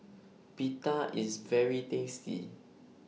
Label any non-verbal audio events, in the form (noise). (noise) Pita IS very tasty